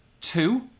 Two